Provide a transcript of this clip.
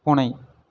பூனை